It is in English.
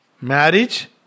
marriage